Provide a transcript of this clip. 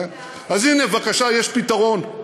אז הנה, בבקשה, יש פתרון.